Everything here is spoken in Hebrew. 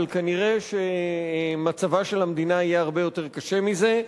אבל כנראה מצבה של המדינה יהיה הרבה יותר קשה מזה.